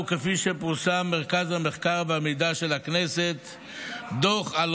כפי שפרסם מרכז המחקר והמידע של הכנסת בדוח על